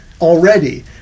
already